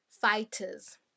fighters